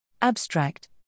Abstract